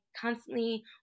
constantly